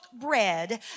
bread